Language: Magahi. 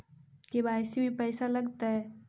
के.वाई.सी में पैसा लगतै?